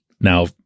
Now